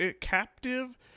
captive